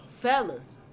fellas